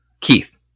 Keith